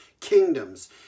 kingdoms